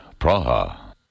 Praha